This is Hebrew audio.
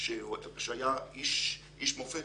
שהיה איש מופת.